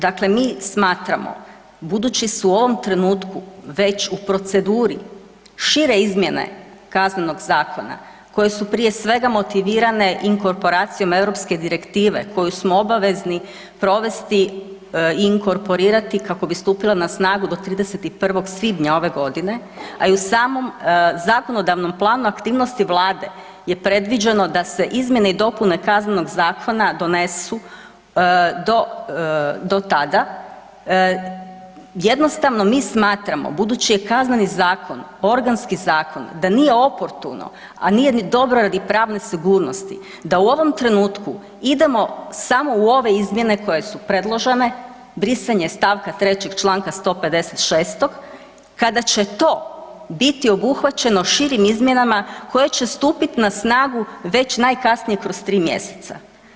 Dakle, mi smatramo, budući su u ovom trenutku već u proceduri šire izmjene Kaznenog zakona, koje su, prije svega, motivirane inkorporacijom europske direktive koju smo obavezni provesti i inkorporirati kako bi stupila na snagu do 31. svibnja ove godine, a i u samom zakonodavnom planu aktivnosti Vlade je predviđeno da se izmjene i dopune Kaznenog zakona donesu do tada, jednostavno, mi smatramo, budući je Kazneni zakon organski zakon da nije oportuno, a nije ni dobro radi pravne sigurnosti da u ovom trenutku idemo samo u ove izmjene koje su predložene brisanje st. 3. čl. 156. kada će to biti obuhvaćeno širim izmjenama koje će stupit na snagu već najkasnije kroz 3 mjeseca.